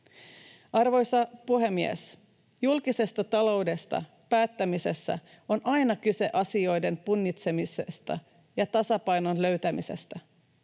Arvoisa puhemies! Julkisesta taloudesta päättämisessä on aina kyse asioiden punnitsemisesta ja tasapainon löytämisestä.